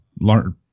learn –